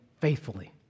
faithfully